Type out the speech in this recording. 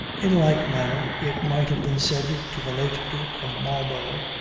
in like manner it might have been said to the late duke of marlborough,